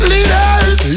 Leaders